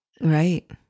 Right